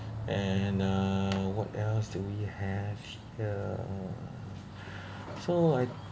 and uh what else do you have here so I